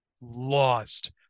lost